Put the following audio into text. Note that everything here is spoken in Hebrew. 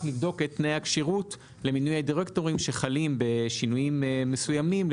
לבדוק את תנאי הכשירות למינוי הדירקטורים שחלים בשינויים מסוימים,